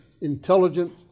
intelligent